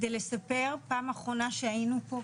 כדי לספר פעם אחרונה שהיינו פה,